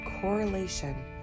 correlation